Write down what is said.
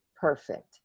perfect